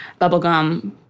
bubblegum